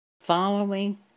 following